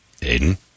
Aiden